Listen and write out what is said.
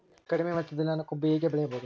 ಕಡಿಮೆ ವೆಚ್ಚದಲ್ಲಿ ನಾನು ಕಬ್ಬು ಹೇಗೆ ಬೆಳೆಯಬಹುದು?